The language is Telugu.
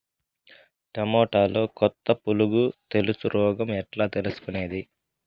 టమోటాలో కొత్త పులుగు తెలుసు రోగం ఎట్లా తెలుసుకునేది?